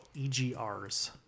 EGRs